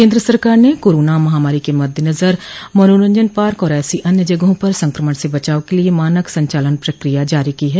केन्द्र सरकार ने कोरोना महामारी के मद्देनजर मनोरजंन पार्क और ऐसी अन्य जगहों पर संक्रमण से बचाव के लिए मानक संचालन प्रक्रिया जारी की है